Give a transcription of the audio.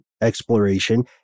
exploration